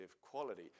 quality